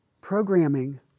programming